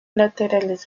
laterales